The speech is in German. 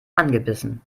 angebissen